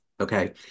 okay